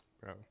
bro